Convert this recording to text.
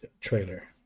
trailer